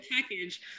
package